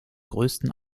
größten